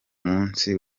munsi